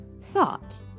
thought